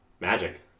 Magic